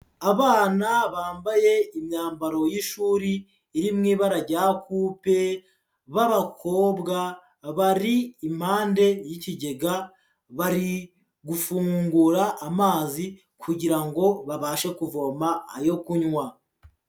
Abana bambaye imyambaro y'ishuri iri mu ibara rya kupe, b'abakobwa bari impande y'ikigega bari gufungura amazi kugira ngo babashe kuvoma ayo kunywa.